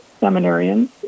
seminarians